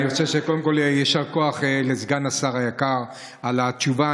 קודם כול, יישר כוח לסגן השר היקר על התשובה.